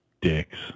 dicks